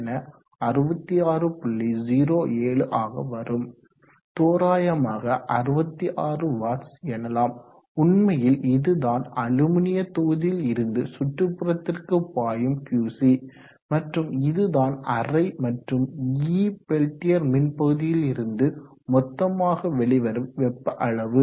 07 ஆக வரும் தோராயமாக 66 வாட்ஸ் எனலாம் உண்மையில் இதுதான் அலுமினிய தொகுதியில் இருந்து சுற்றுபுறத்திற்கு பாயும் Qc மற்றும் இதுதான் அறை மற்றும் E பெல்டியர் மின் பகுதியில் இருந்து மொத்தமாக வெளிவரும் வெப்ப அளவு